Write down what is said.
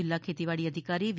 જિલ્લા ખેતીવાડી અધિકારી વી